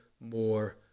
more